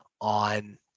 on